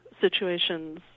situations